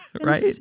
right